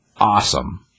awesome